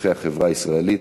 בתוככי החברה הישראלית.